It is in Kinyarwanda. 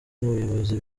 n’ubuyobozi